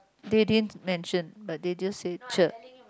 they didn't mention but they just say cher